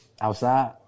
Outside